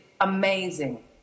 amazing